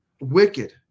wicked